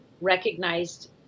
recognized